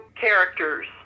characters